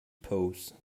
pose